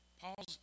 Paul's